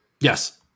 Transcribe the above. Yes